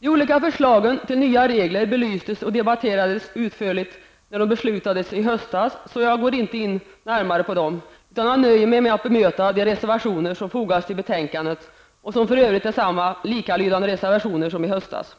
De olika förslagen till nya regler belystes och debatterades utförligt i samband med beslutet i höstas, så jag tänker inte gå närmare in på dem nu, utan jag nöjer mig med att bemöta de reservationer som har fogats till betänkandet, som för övrigt är likalydande med reservationerna från i höstas.